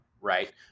right